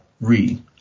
Read